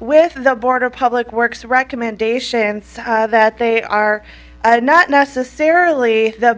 with the border public works recommendations that they are not necessarily the